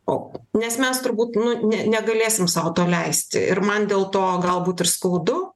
o nes mes turbūt nu ne negalėsim sau to leisti ir man dėl to galbūt ir skaudu